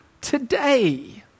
today